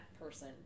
person